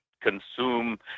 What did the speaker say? consume